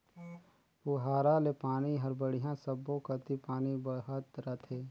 पुहारा ले पानी हर बड़िया सब्बो कति पानी बहत रथे